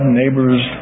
neighbors